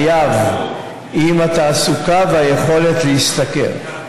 חייב, עם התעסוקה והיכולת להשתכר.